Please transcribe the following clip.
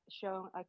shown